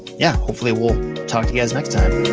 yeah, hopefully we'll talk to you guys next time.